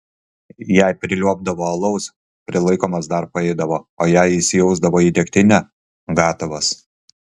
jeigu priliuobdavo alaus prilaikomas dar paeidavo o jei įsijausdavo į degtinę gatavas